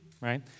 Right